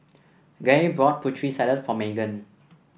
Gaye bought Putri Salad for Maegan